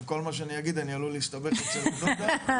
עכשיו,